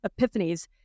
epiphanies